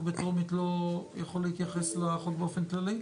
בטרומית לא יכול להתייחס לחוק באופן כללי?